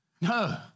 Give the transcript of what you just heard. No